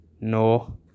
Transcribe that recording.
no